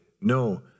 No